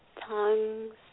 tongues